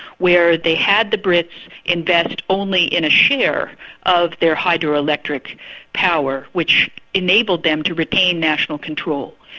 where they had the brits invest only in a share of their hydro-electric power, which enabled them to retain national control.